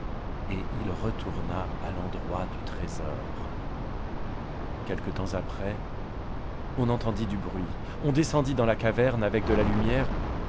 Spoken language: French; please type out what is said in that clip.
et il retourna à l'endroit du trésor quelque tems après on entendit du bruit on descendit dans la caverne avec de la lumière